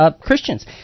Christians